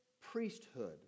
priesthood